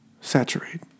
Saturate